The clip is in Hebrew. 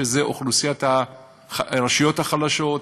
שזה אוכלוסיית הרשויות החלשות,